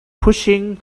pushing